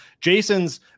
Jason's